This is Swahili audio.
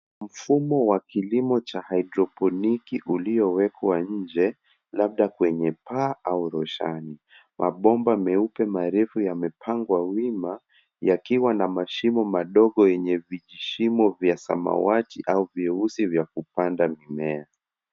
Mfumo wa kilimo cha haidroponiki uliowekwa nje, labda kwenye paa au roshani. Mabomba meupe marefu yamepangwa wima, yakiwa na mashimo madogo yenye vijishimo vya samawati au vyeusi vya kupanda mimea.